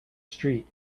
street